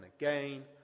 again